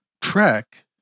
Trek